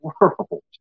world